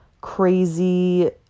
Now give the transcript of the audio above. crazy